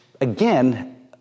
again